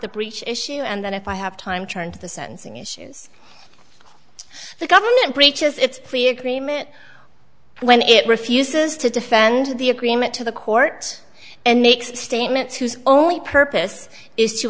the breach issue and then if i have time turn to the sentencing issues the government reaches its plea agreement when it refuses to defend the agreement to the court and make statements whose only purpose is to